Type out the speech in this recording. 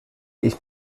ich